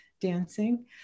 dancing